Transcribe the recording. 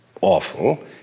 awful